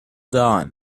dawn